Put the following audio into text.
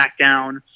SmackDown